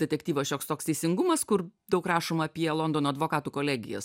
detektyvą šioks toks teisingumas kur daug rašoma apie londono advokatų kolegijas